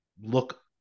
look